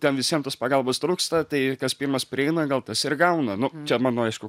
ten visiem tos pagalbos trūksta tai kas pirmas prieina gal tas ir gauna nu čia mano aišku